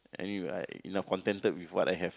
I knew I enough contented with what I have